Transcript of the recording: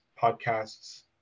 podcasts